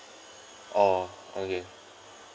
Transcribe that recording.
oh okay